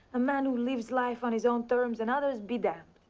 a man who lives life on his own terms, and others be damned.